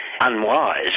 unwise